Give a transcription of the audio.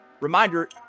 Reminder